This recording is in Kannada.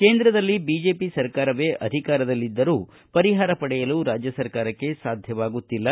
ಕೇಂದ್ರದಲ್ಲಿ ಬಿಜೆಪಿ ಸರ್ಕಾರವೇ ಅಧಿಕಾರದಲ್ಲಿದ್ದರೂ ಪರಿಹಾರ ಪಡೆಯಲು ರಾಜ್ಯ ಸರ್ಕಾರಕ್ಕೆ ಸಾಧ್ಯವಾಗುತ್ತಿಲ್ಲ